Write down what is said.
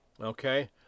Okay